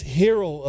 hero